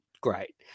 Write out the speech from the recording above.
great